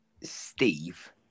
Steve